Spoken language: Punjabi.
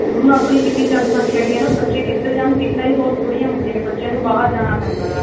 ਹੁਣ ਆਪਣੀ ਕਿੰਨੀ ਜਨਸੰਖਿਆ ਹੈਗੀ ਹੈ ਨਾ ਬੱਚੇ ਕਿੱਧਰ ਜਾਣ ਸੀਟਾਂ ਹੀ ਬਹੁਤ ਥੋੜ੍ਹੀਆਂ ਹੁੰਦੀਆਂ ਨੇ ਬੱਚਿਆਂ ਨੂੰ ਬਾਹਰ ਜਾਣਾ ਪੈਂਦਾ ਗਾ